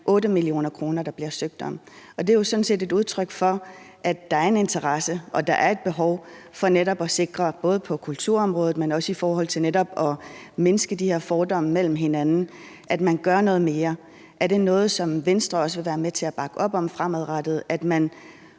8 mio. kr. Det er jo sådan set et udtryk for, at der er en interesse, og at der er et behov for netop at sikre, at man både på kulturområdet, men også for netop at mindske de her fordomme mellem hinanden, gør noget mere. Er det noget, som Venstre også vil være med til at bakke op om fremadrettet,